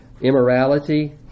Immorality